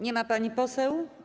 Nie ma pani poseł.